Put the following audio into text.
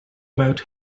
about